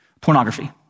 pornography